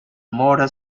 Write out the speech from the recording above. motor